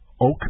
Oak